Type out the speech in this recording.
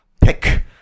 pick